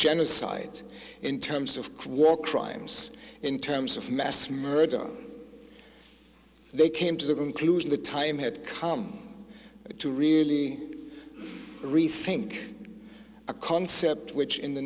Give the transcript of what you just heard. genocide in terms of walk crimes in terms of mass murder they came to the conclusion the time had come to really rethink a concept which in the